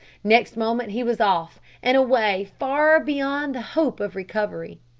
next moment he was off and away far beyond the hope of recovery.